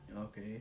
Okay